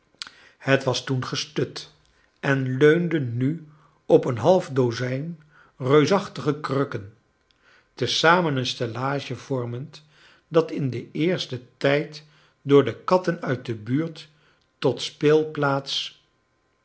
het was toen gestut en leunde nu op een halt dozijn reusachtige krukken te zameu een stellage vormend dat in den ecrsten tijd door de katten uit de de buurt tot